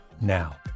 now